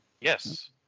Yes